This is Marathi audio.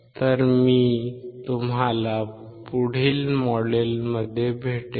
तर मी तुम्हाला पुढील मॉड्यूलमध्ये भेटेन